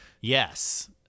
yes